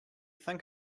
think